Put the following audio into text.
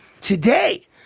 today